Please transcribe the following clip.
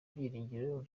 byiringiro